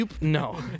No